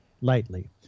lightly